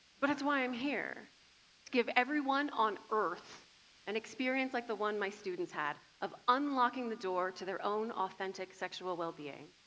but it's why i'm here to give everyone on earth an experience like the one my students had, of unlocking the door to their own authentic sexual well-being.